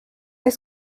est